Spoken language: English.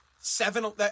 seven